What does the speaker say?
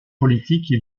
politiques